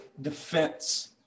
defense